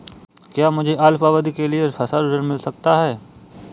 क्या मुझे अल्पावधि के लिए फसल ऋण मिल सकता है?